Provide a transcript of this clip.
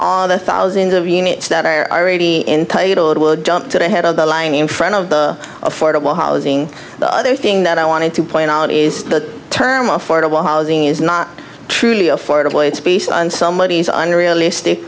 all of the thousands of units that are entitled would jump to the head of the line in front of the affordable housing the other thing that i wanted to point out is the term affordable housing is not truly affordable it's based on somebodies unrealistic